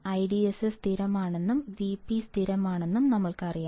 IDSS സ്ഥിരമാണെന്നും Vp സ്ഥിരമാണെന്നും ഞങ്ങൾക്കറിയാം